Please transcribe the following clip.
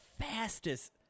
fastest